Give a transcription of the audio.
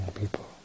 people